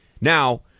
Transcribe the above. Now